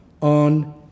on